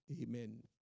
amen